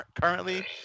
currently